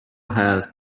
has